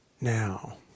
now